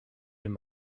him